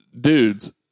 dudes